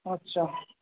ଆଚ୍ଛା